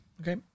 Okay